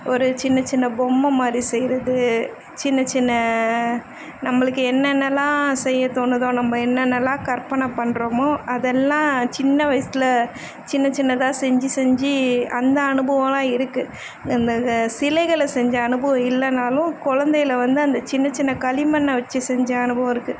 ஒரு சின்ன சின்ன பொம்மை மாதிரி செய்கிறது சின்ன சின்ன நம்மளுக்கு என்னென்னல்லாம் செய்ய தோணுதோ நம்ம என்னென்னல்லாம் கற்பனை பண்ணுறோமோ அதெல்லாம் சின்ன வயசில் சின்ன சின்னதாக செஞ்சு செஞ்சு அந்த அனுபவமெல்லாம் இருக்குது இந்த சிலைகளை செஞ்ச அனுபவம் இல்லைன்னாலும் கொழந்தையில வந்து அந்த சின்ன சின்ன களிமண்ணை வெச்சு செஞ்ச அனுபவம் இருக்குது